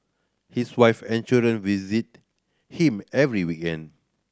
his wife and children visit him every weekend